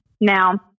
Now